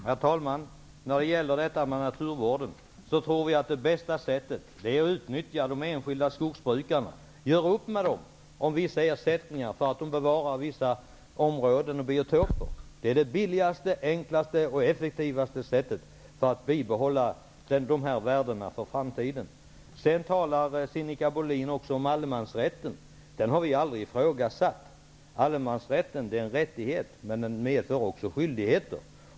Herr talman! Det bästa sättet att få bra naturvård är nog att utnyttja de enskilda skogsbrukarna. Gör upp med dem om ersättningen, så att de bevarar vissa områden och biotoper! Det är det billigaste, enklaste och effektivaste sättet för att bibehålla naturvärdena för framtiden. Sinikka Bohlin talade om allemansrätten. Den har vi aldrig ifrågasatt. Allemansrätten är en rättighet som också medför skyldigheter.